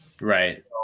Right